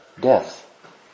Death